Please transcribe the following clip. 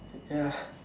ya